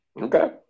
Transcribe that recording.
Okay